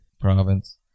Province